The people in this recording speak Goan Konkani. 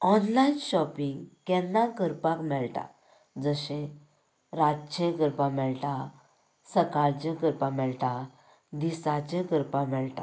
ऑनलायन शाॅपिंग केन्नाय करपाक मेळटा जशें रातचें करपाक मेळटा सकाळचें करपा मेळटा दिसाचें करपाक मेळटा